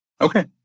Okay